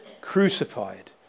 crucified